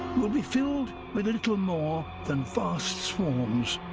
will be filled with little more than vast swarms.